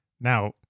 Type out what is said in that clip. Now